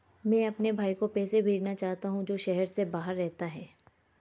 मैं अपने भाई को पैसे भेजना चाहता हूँ जो शहर से बाहर रहता है